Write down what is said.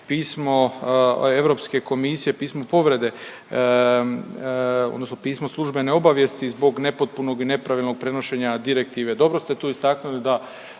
pismo Europske komisije, pismo povrede odnosno pismo službene obavijesti zbog nepotpunog i nepravilnog prenošenja direktive. Dobro ste tu istaknuli da